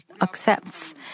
accepts